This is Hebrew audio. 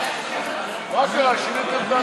נתקבלה.